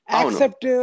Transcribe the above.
accept